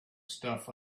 stuff